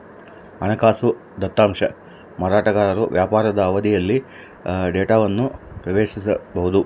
ಹಣಕಾಸು ದತ್ತಾಂಶ ಮಾರಾಟಗಾರರು ವ್ಯಾಪಾರದ ಅವಧಿಯಲ್ಲಿ ಡೇಟಾವನ್ನು ಪ್ರವೇಶಿಸಬೊದು